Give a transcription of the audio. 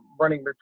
running